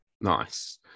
Nice